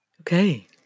Okay